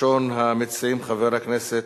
הצעות לסדר-היום מס' 7885,